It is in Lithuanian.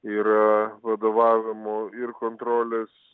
yra vadovavimo ir kontrolės